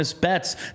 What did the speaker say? bets